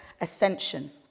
ascension